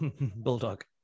Bulldog